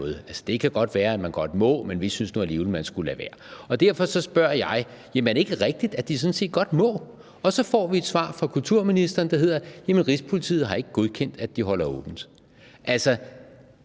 det kan godt være, at man godt må, men vi synes nu alligevel, at man skulle lade være. Derfor spørger jeg: Er det ikke rigtigt, at de sådan set godt må? Og så får vi et svar fra kulturministeren, der lyder, at Rigspolitiet ikke har godkendt, at de holder åbent. Man